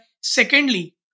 Secondly